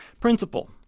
Principle